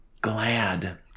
glad